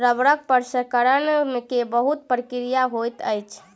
रबड़ प्रसंस्करण के बहुत प्रक्रिया होइत अछि